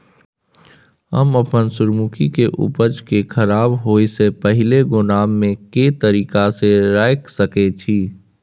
हम अपन सूर्यमुखी के उपज के खराब होयसे पहिले गोदाम में के तरीका से रयख सके छी?